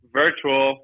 virtual